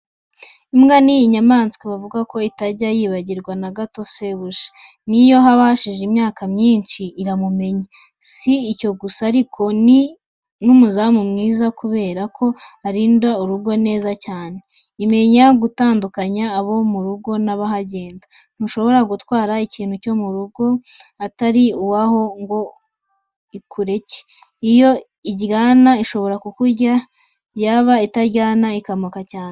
Imbwa ni inyamanswa bavuga ko itajya yibagirwa na gato shebuja. Ni yo haba hahise imyaka myinshi iramumenya. Si icyo gusa ariko, ni n'umuzamu mwiza kubera ko irinda urugo neza cyane. Imenya gutandukanya abo mu rugo n'abahagenda. Ntushobora gutwara ikintu cyo mu rugo utari uwaho ngo ikureke. Iyo iryana ishobora ku kurya, yaba itaryana ikamoka cyane.